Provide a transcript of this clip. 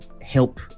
help